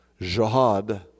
jihad